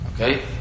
Okay